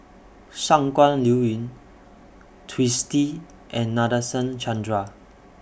Shangguan Liuyun Twisstii and Nadasen Chandra